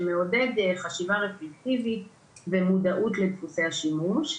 שמעודד חשיבה רפלקטיבית ומודעות לדפוסי השימוש.